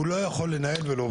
הוא לא יכול לנהל ולהוביל.